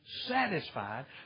satisfied